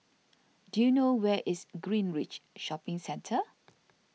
do you know where is Greenridge Shopping Centre